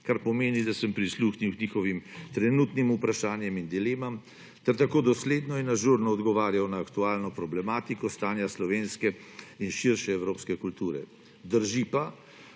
kar pomeni, da sem prisluhnil njihovim trenutnim vprašanjem in dilemam ter tako dosledno in ažurno odgovarjal na aktualno problematiko stanja slovenske in širše evropske kulture. Drži pa,